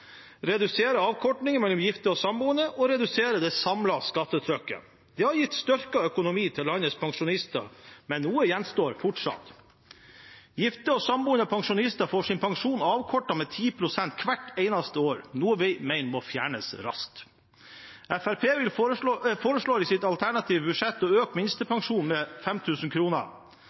redusere avkortningen mellom gifte og samboende og redusere det samlede skattetrykket. Det har gitt styrket økonomi for landets pensjonister, men noe gjenstår fortsatt. Gifte og samboende pensjonister får sin pensjon avkortet med 10 pst. hvert eneste år, noe vi mener må fjernes raskt. Fremskrittspartiet foreslår i sitt alternative budsjett å øke minstepensjonen med